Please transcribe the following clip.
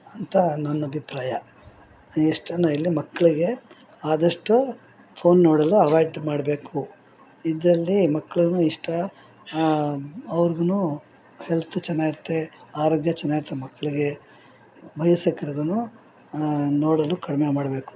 ಅಂತ ನನ್ನ ಅಭಿಪ್ರಾಯ ಮಕ್ಕಳಿಗೆ ಆದಷ್ಟು ಫೋನ್ ನೋಡಲು ಅವಾಯ್ಡ್ ಮಾಡಬೇಕು ಇದರಲ್ಲಿ ಮಕ್ಕಳುನು ಇಷ್ಟ ಅವ್ರಿಗೂನೂ ಹೆಲ್ತ್ ಚೆನ್ನಾಗಿರುತ್ತೆ ಆರೋಗ್ಯ ಚೆನ್ನಾಗಿರುತ್ತೆ ಮಕ್ಕಳಿಗೆ ವಯಸ್ಕರಿಗೂ ನೋಡಲು ಕಡಿಮೆ ಮಾಡಬೇಕು